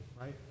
right